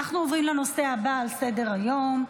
אנחנו עוברים לנושא הבא על סדר-היום,